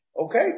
Okay